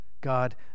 God